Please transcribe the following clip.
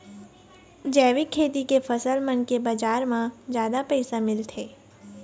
जैविक खेती के फसल मन के बाजार म जादा पैसा मिलथे